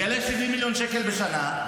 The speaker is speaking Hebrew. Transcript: זה יעלה 70 מיליון שקל בשנה,